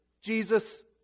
Jesus